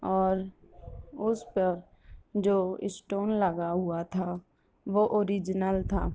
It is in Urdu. اور اس پر جو اسٹون لگا ہوا تھا وہ اوریجنل تھا